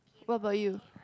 what about you